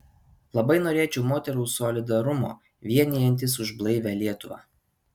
labai norėčiau moterų solidarumo vienijantis už blaivią lietuvą